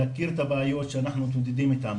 להכיר את הבעיות שאנחנו מתמודדים איתן,